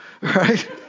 Right